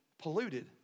polluted